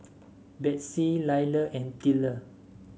Betsey Leila and Tilla